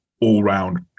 all-round